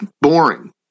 boring